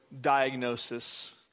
diagnosis